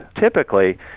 typically